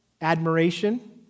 admiration